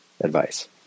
advice